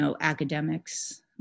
academics